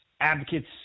advocates